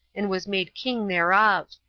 and was made king thereof.